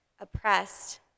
oppressed